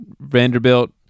Vanderbilt